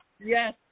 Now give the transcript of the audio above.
Yes